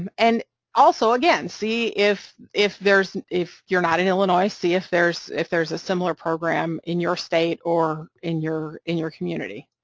um and also, again, see if if there's, if you're not in illinois, see if there's if there's a similar program in your state or in your in your community.